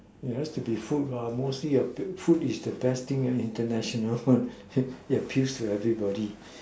it has to be food mostly your food is the best thing international one it appeals to everybody